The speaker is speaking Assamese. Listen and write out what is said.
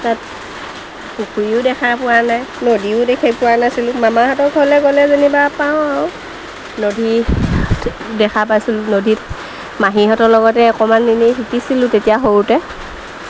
তাত পুখুৰীও দেখা পোৱা নাই নদীও দেখি পোৱা নাছিলোঁ মামাহঁতৰ ঘৰলৈ গ'লে যেনিবা পাওঁ আৰু নদী দেখা পাইছিলোঁ নদীত মাহীহঁতৰ লগতে অকণমান ইনেই শিকিছিলোঁ তেতিয়া সৰুতে